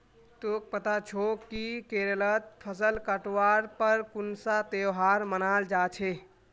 तोक पता छोक कि केरलत फसल काटवार पर कुन्सा त्योहार मनाल जा छे